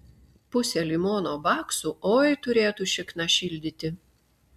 pusė limono baksų oi turėtų šikną šildyti